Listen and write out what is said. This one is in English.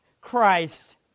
Christ